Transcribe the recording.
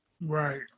Right